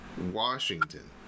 Washington